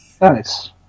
Nice